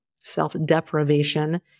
self-deprivation